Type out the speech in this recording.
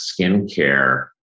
skincare